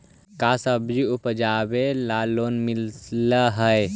का सब्जी उपजाबेला लोन मिलै हई?